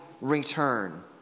return